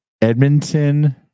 Edmonton